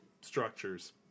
structures